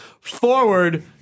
forward